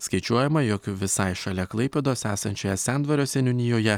skaičiuojama jog visai šalia klaipėdos esančioje sendvario seniūnijoje